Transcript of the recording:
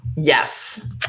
Yes